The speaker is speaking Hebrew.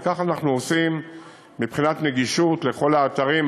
וכך אנחנו עושים מבחינת נגישות לכל האתרים,